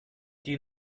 die